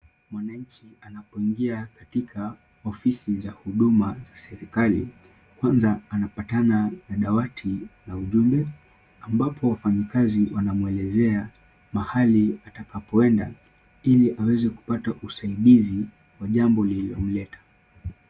Mwananchi anapoingia katika ofisi za huduma za serikali, kwanza anapatana na dawati na ujumbe ambapo wafanyakazi wanamwelezea mahali atakapoenda ili aweze kupata usaidizi wa jambo lililomleta.